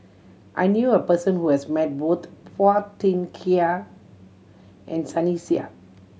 I knew a person who has met both Phua Thin Kiay and Sunny Sia